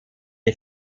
die